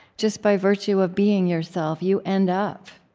just by virtue of being yourself you end up,